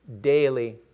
Daily